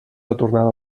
retornada